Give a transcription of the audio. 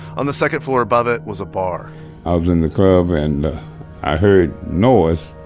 on the second floor above it was a bar i was in the club, and i heard noise.